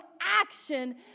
action